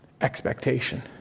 expectation